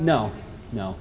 no no